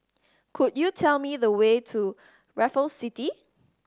could you tell me the way to Raffles City